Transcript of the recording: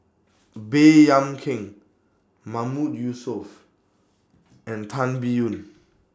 Baey Yam Keng Mahmood Yusof and Tan Biyun